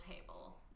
table